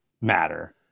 matter